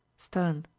stern,